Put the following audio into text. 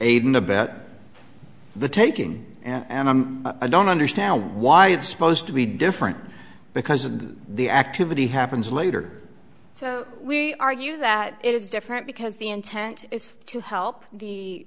aid and abet the taking and i don't understand why it's supposed to be different because of the activity happens later we argue that it is different because the intent is to help the